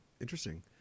Interesting